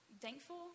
thankful